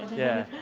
yeah.